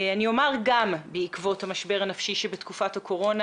אני אומר, גם בעקבות המשבר הנפשי שבתקופת הקורונה.